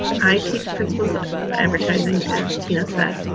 i teach principles of advertising as tina said.